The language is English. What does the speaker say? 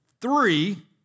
three